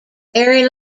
very